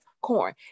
corn